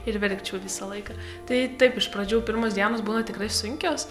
ir verkčiau visą laiką tai taip iš pradžių pirmos dienos būna tikrai sunkios